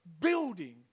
building